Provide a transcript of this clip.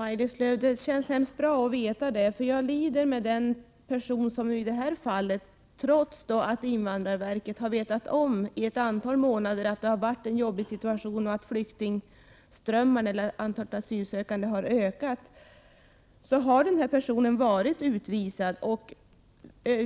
Herr talman! Det känns bra att veta det, Maj-Lis Lööw. Jag lider verkligen med den person som jag här har talat om. Trots att invandrarverket i ett antal månader har känt till att situationen har varit besvärlig och att antalet asylsökande har ökat, har man beslutat att utvisa denna person.